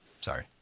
Sorry